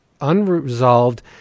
unresolved